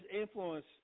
influence